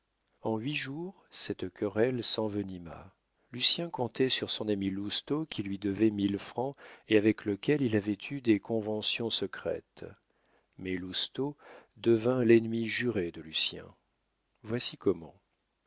en huit jours cette querelle s'envenima lucien comptait sur son ami lousteau qui lui devait mille francs et avec lequel il avait eu des conventions secrètes mais lousteau devint l'ennemi juré de lucien voici comment